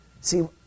See